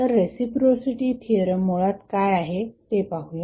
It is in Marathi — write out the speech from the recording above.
तर रेसिप्रोसिटी थिअरम मुळात काय आहे ते पाहूया